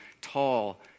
tall